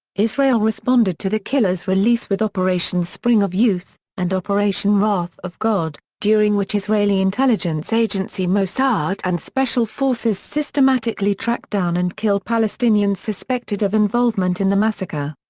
israel responded to the killers' release with operation spring of youth and operation wrath of god, during which israeli intelligence agency mossad and special forces systematically tracked down and killed palestinians suspected of involvement in the massacre.